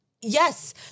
yes